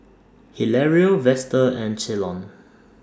Hilario Vester and Ceylon